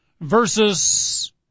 versus